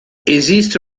esiste